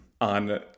on